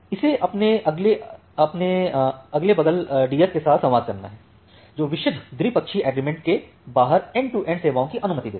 इसे अपने अगले बगल DS के साथ संवाद करना है जो विशुद्ध द्विपक्षीय एग्रीमेंट के बाहर एंड टू एंड सेवाओं की अनुमति देता है